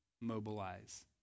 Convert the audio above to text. mobilize